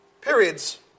periods